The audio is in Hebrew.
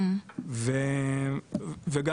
וגם